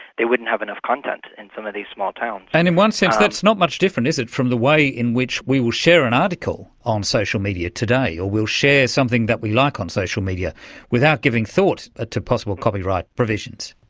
they wouldn't have enough content in some of these small towns. and in one sense that's not much different, is it, from the way in which we will share an article on social media today, or we'll share something that we like on social media without giving thought to possible copyright provisions.